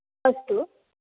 अस्तु